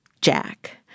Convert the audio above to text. Jack